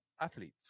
athletes